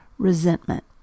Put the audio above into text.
resentment